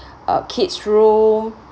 uh kid's room